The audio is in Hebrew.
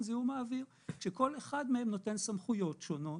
כל אחד מהם נותן סמכויות שונות